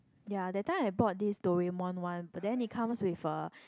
ya the time I bought this Doraemon one then it comes with a